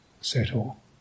settle